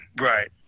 right